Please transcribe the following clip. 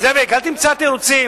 זאביק, אל תמצא תירוצים.